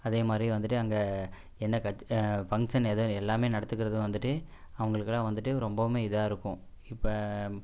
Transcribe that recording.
அதேமாதிரி வந்துட்டு அங்கே என்ன கச் ஃபங்க்ஷன் எதுவும் எல்லாமே நடத்துக்கிறதும் வந்துட்டு அவங்களுக்கெல்லாம் வந்துட்டு ரொம்பவுமே இதாக இருக்கும் இப்போ